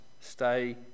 stay